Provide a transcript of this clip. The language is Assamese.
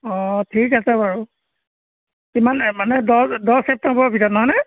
অঁ ঠিক আছে বাৰু কিমান এ মানে দহ দহ ছেপ্টেম্বৰৰ ভিতৰত নহয়নে